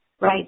right